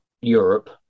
Europe